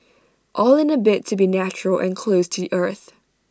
all in A bid to be natural and close to the earth